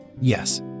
Yes